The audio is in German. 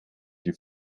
die